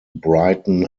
brighton